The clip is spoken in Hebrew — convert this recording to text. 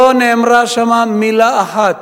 לא נאמרה שם מלה אחת,